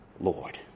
Lord